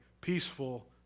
peaceful